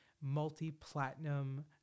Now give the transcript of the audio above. multi-platinum